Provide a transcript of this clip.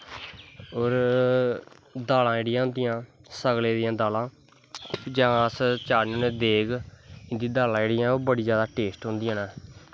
होर दालां जेह्कियां होंदियां सगले दियां दालां जां अस चाढ़ने होने देग दालें जेह्ड़ियां बड़ियां टेस्ट होंदियां न